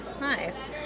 Nice